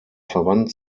verwandt